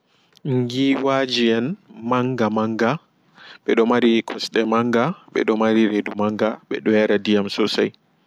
Ngiiwaaji en manga manga ɓedo mari kosɗe manga ɓe do mari redu manga meɗo yara diyam sosai.